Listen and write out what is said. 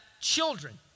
children